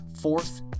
fourth